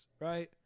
Right